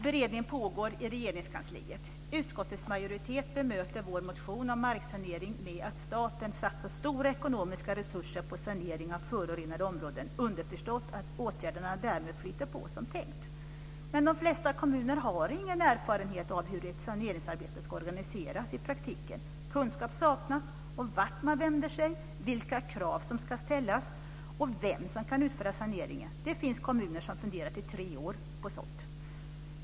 Beredning pågår i Regeringskansliet. Utskottets majoritet bemöter vår motion om marksanering med att staten satsar stora ekonomiska resurser på sanering av förorenade områden, underförstått att åtgärderna därmed flyter på som tänkt. Men de flesta kommuner har ingen erfarenhet av hur ett saneringsarbete ska organiseras i praktiken. Kunskap saknas om vart man vänder sig, vilka krav som ska ställas och vem som kan utföra saneringen. Det finns kommuner som funderat i tre år på sådant.